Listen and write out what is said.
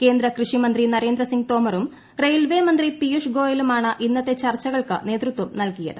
കേന്ദ്ര കൃഷിമന്ത്രി നരേന്ദ്രസിങ്ങ് തോമറും റെയിൽവേ മന്ത്രി പീയൂഷ് ഗോയലുമാണ് ഇന്നത്തെ ചർച്ചകൾക്ക് നേതൃത്വം നൽകിയത്